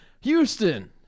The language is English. Houston